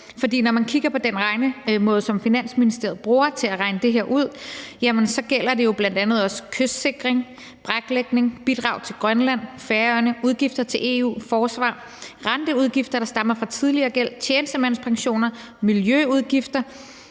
For når man kigger på den regnemåde, som Finansministeriet bruger til at regne det her ud, så gælder det jo bl.a. også kystsikring, braklægning, bidrag til Grønland og Færøerne, udgifter til EU, forsvar, renteudgifter, der stammer fra tidligere gæld, tjenestemandspensioner, miljøudgifter,